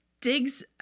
digs